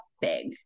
big